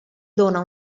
dona